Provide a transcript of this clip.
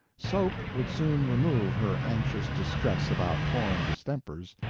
soap would soon remove her anxious distress about foreign distempers.